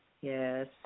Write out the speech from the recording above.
Yes